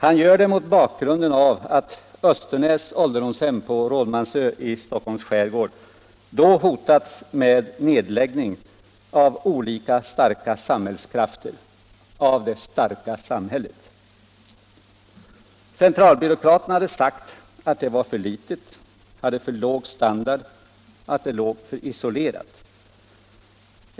Han gör det mot bakgrunden av att Östernäs ålderdomshem på Rådmansö i Stockholms skärgård då hotats med nedläggning av det starka samhället. Centralbyråkraterna hade sagt att hemmet var för litet, hade för låg standard och låg för isolerat.